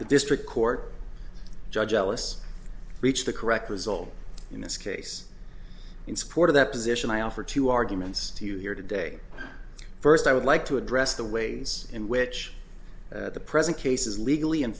the district court judge ellis reached the correct result in this case in support of that position i offer two arguments to you here today first i would like to address the ways in which the present case is legally